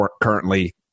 currently